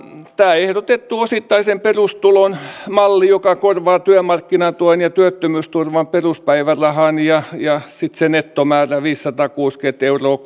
tämä ehdotettu osittaisen perustulon malli joka korvaa työmarkkinatuen ja työttömyysturvan peruspäivärahan sitten se nettomäärä viisisataakuusikymmentä euroa